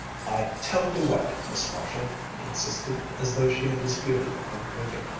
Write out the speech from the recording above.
i tell you what, miss marshall! he insisted, as though she had disputed the point with him,